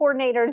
coordinators